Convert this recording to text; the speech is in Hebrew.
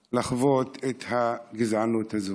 לחוות את הגזענות הזאת.